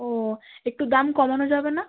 ও একটু দাম কমানো যাবে না